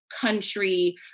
country